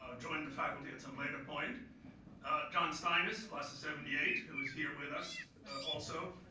ah joined the faculty at some later point john steines, class of seventy eight, who is here with us also.